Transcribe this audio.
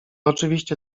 oczywiście